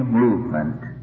movement